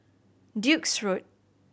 Duke's Road